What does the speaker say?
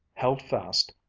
held fast,